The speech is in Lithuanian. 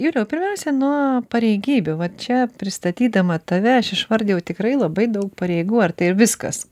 juliau pirmiausia nuo pareigybių vat čia pristatydama tave aš išvardijau tikrai labai daug pareigų ar tai viskas